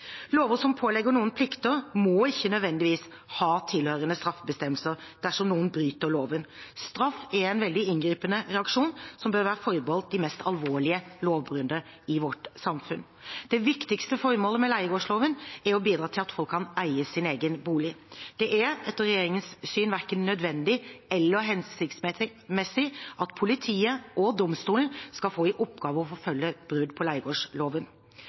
Lover som pålegger noen plikter, må ikke nødvendigvis ha tilhørende straffebestemmelser dersom noen bryter loven. Straff er en veldig inngripende reaksjon, som bør være forbeholdt de mest alvorlige lovbruddene i vårt samfunn. Det viktigste formålet med leiegårdsloven er å bidra til at folk kan eie sin egen bolig. Det er etter regjeringens syn verken nødvendig eller hensiktsmessig at politiet og domstolen skal få i oppgave å forfølge brudd på leiegårdsloven.